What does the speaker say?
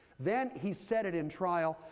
then he said it in trial.